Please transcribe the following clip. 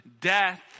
death